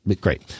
great